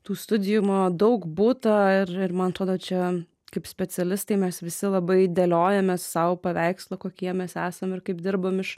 tų studijų mano daug būta ir ir man atrodo čia kaip specialistai mes visi labai dėliojamės sau paveikslą kokie mes esam ir kaip dirbam iš